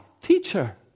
teacher